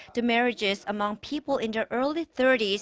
the marriages among people in their early thirty s,